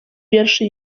wierszy